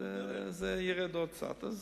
זה ירד עוד קצת.